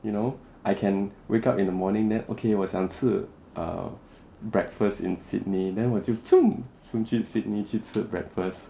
you know I can wake up in the morning then okay 我想吃 err breakfast in sydney then 我就 zoom 去 sydney 吃 breakfast